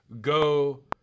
go